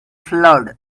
flood